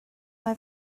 mae